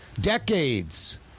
decades